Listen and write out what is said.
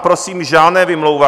Prosím, žádné vymlouvání.